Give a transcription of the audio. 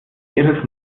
ihres